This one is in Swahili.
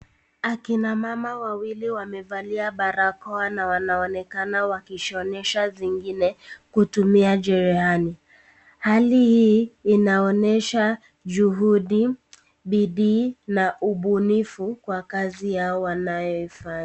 Akina mama wawili wamevalia barakoa na wanaonekana wakishonesha zingine kutumia cherehani. Hali hii inaonyesha juhudi, bidii na ubunifu kwa kazi yao wanayoifanya.